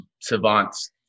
savants